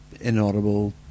inaudible